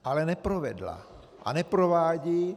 Ale neprovedla a neprovádí.